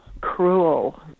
cruel